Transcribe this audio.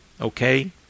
okay